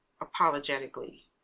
apologetically